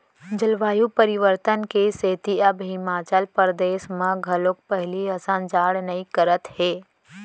जलवायु परिवर्तन के सेती अब हिमाचल परदेस म घलोक पहिली असन जाड़ नइ करत हे